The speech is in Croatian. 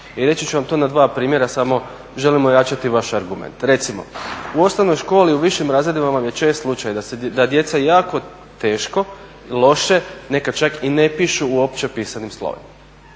I reći ću vam to na dva primjera, samo želim ojačati vaše argumente. Recimo, u osnovnoj školi u višim razredima vam je čest slučaj da djeca jako teško, loše, neka čak i ne pišu uopće pisanim slovima.